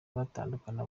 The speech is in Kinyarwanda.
batandukana